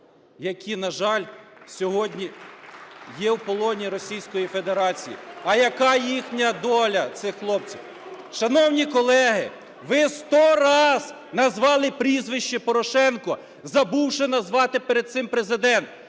які, на жаль, сьогодні є в полоні Російської Федерації? (Оплески) А яка їхня доля, цих хлопців? Шановні колеги, ви 100 раз назвали прізвище Порошенко, забувши назвати перед цим Президент,